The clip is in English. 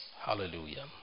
hallelujah